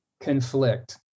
conflict